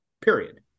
Period